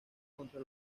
contra